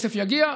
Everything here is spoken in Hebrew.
הכסף יגיע.